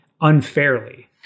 unfairly